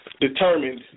Determined